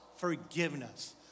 forgiveness